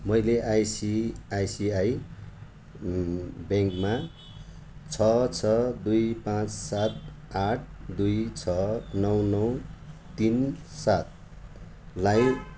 मैले आइसिआइसिआई ब्याङ्कमा छ छ दुई पाँच सात आठ दुई छ नौ नौ तिन सातलाई